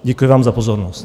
Děkuji vám za pozornost.